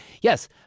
Yes